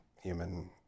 human